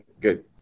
good